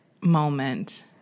moment